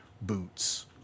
boots